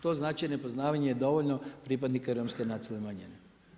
To znači nepoznavanje dovoljno pripadnika romske nacionalne manjine.